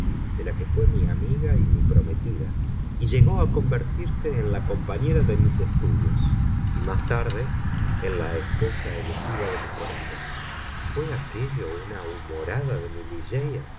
de la que fué mi amiga y mi prometida y llegó a convertirse en la compañera de mis estudios y más tarde en la esposa elegida de mi corazón fué aquello una humorada de mi